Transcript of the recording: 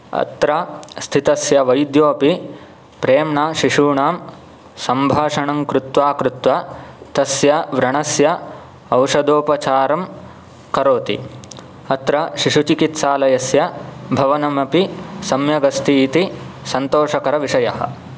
अत्र स्थितस्य वैद्योपि प्रेम्णा शिशूणां सम्भाषणं कृत्वा कृत्वा तस्य व्रणस्य औषधोपचारं करोति अत्र शिशुचिकित्सालयस्य भवनमपि सम्यगस्तीति सन्तोषकरविषयः